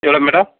எவ்வளோ மேடம்